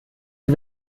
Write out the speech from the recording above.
sie